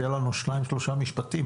תן לנו שניים, שלושה משפטים.